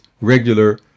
regular